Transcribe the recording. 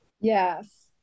Yes